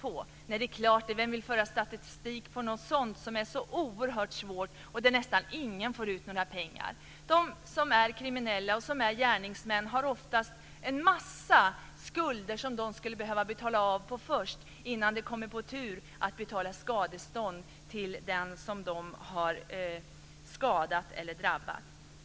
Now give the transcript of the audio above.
Men det är klart - vem vill föra statistik över något som är så oerhört svårt att nästan ingen får ut sina pengar? De kriminella gärningsmännen har oftast en massa skulder som de skulle behöva betala av på innan den som de har skadat eller drabbat kommer på tur.